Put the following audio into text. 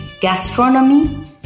gastronomy